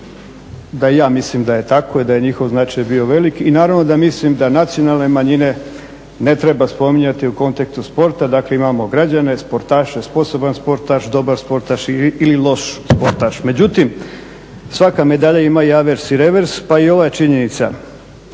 da i ja mislim da je tako i da je njihov značaj bio velik. I naravno da mislim da nacionalne manjine ne treba spominjati u kontekstu sporta, dakle imamo građane, sportaše, sposoban sportaš, dobar sportaš ili loš sportaš. Međutim, svaka medalja ima i avers i revers pa i ova činjenica.